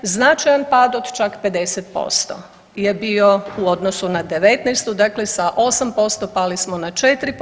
Značajan pad od čak 50% je bio u odnosu na '19., dakle sa 8% pali smo na 4%